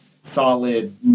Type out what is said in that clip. solid